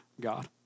God